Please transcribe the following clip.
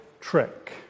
trick